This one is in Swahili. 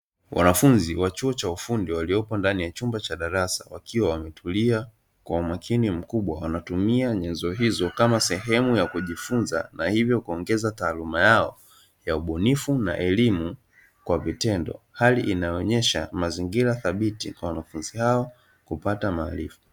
Wanafunzi wa chuo cha ufundi waliopo ndani ya chumba cha darasa wakiwa wametulia kwa umakini mkubwa wanatumia nyanzo hizo kama sehemu ya kujifunza na hivyo kuongeza taaluma yao ya ubunifu na elimu kwa vitendo, hali inayoonyesha mazingira thabiti kwa wanafunzi hao kupata maarifa.